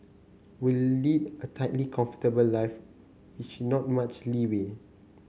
we lead a tightly comfortable life not much leeway